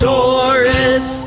Doris